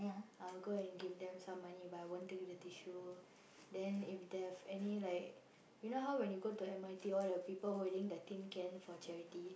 I will go and give them some money but I won't take the tissue then if they have any like you know how when you go to M_R_T all the people holding the tin can for charity